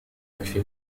يكفي